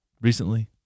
recently